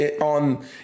on